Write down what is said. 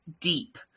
deep